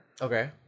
Okay